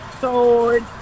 Sword